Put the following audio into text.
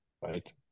right